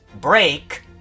Break